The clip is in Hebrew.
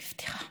נפטרה.